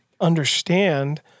understand